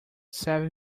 seven